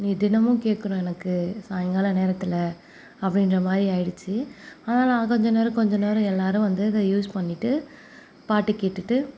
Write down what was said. தினமும் கேட்கணும் எனக்கு சாயங்காலம் நேரத்தில் அப்படின்ற மாதிரி ஆகிடுச்சு ஆனால் நான் கொஞ்சம் நேரம் கொஞ்சம் நேரம் எல்லாரும் வந்து அதை யூஸ் பண்ணிகிட்டு பாட்டு கேட்டுகிட்டு